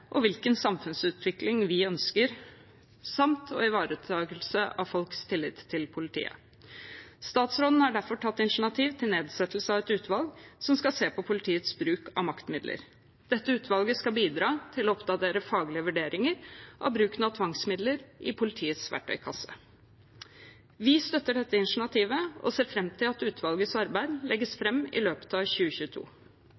og hvilken samfunnsutvikling vi ønsker, samt ivaretakelse av folks tillit til politiet. Statsråden har derfor tatt initiativ til nedsettelse av et utvalg som skal se på politiets bruk av maktmidler. Dette utvalget skal bidra til å oppdatere faglige vurderinger av bruken av tvangsmidler i politiets verktøykasse. Vi støtter dette initiativet. Vi ser fram til at utvalgets arbeid legges